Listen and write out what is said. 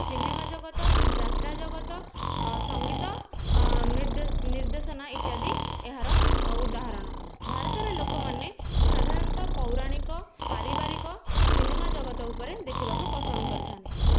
cinema ଜଗତ ଯାତ୍ରା ଜଗତ ସଙ୍ଗୀତ ନିର୍ଦ୍ଦେଶନା ଇତ୍ୟାଦି ଏହାର ଉଦାହରଣ ଭାରତରେ ଲୋକମାନେ ସାଧାରଣତଃ ପୌରାଣିକ ପାରିବାରିକ ସିନେମା ଜଗତ ଉପରେ ଦେଖିବାକୁ ପସନ୍ଦ କରିଥାନ୍ତି